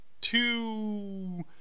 two